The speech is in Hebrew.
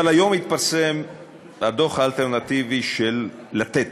אבל היום התפרסם הדוח האלטרנטיבי של "לתת"